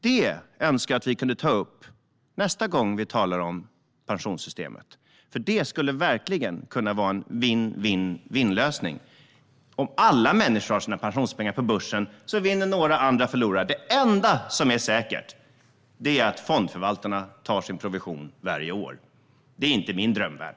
Det önskar jag att vi kunde ta upp nästa gång vi talar om pensionssystemet, för det skulle verkligen kunna vara en vinn-vinn-vinn-lösning. Om alla människor har sina pensionspengar på börsen vinner några medan andra förlorar. Det enda som är säkert är att fondförvaltarna tar sin provision varje år. Det är inte min drömvärld.